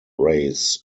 race